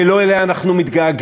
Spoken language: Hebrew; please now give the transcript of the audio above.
הרי לא אליה אנחנו מתגעגעים,